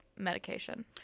medication